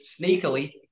sneakily